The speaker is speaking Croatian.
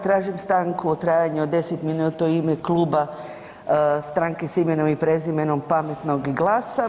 Tražim stanku u trajanju od 10 minuta u ime kluba Stranke s imenom i prezimenom Pametno i GLAS-a.